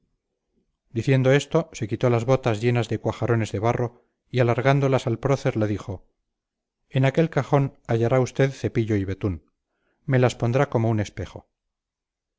diciendo esto se quitó las botas llenas de cuajarones de barro y alargándolas al prócer le dijo en aquel cajón hallará usted cepillo y betún me las pondrá como un espejo